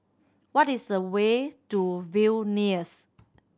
what is the way to Vilnius